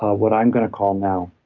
what i'm going to call now,